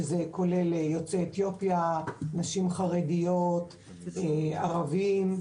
וזה כולל יוצאי אתיופיה, נשים חרדיות, ערבים,